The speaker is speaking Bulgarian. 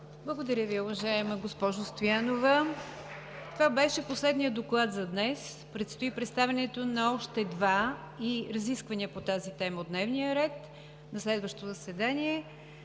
Благодаря, уважаема госпожо Стоянова. Това беше последният доклад за днес. Предстои представянето на още два и разисквания по тази тема от дневния ред на следващо заседание.